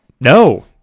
No